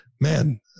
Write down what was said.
man